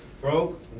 broke